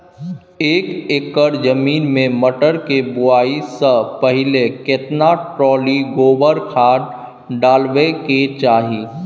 एक एकर जमीन में मटर के बुआई स पहिले केतना ट्रॉली गोबर खाद डालबै के चाही?